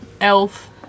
elf